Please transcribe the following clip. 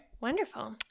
Wonderful